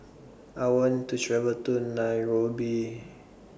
I want to travel to Nairobi